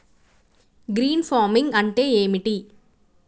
Green farming అంటే ఏమిటి?